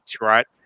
right